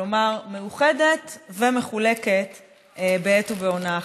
כלומר, מאוחדת ומחולקת בעת ובעונה אחת.